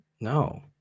No